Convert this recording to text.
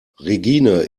regine